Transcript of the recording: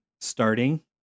starting